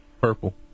Purple